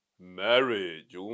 marriage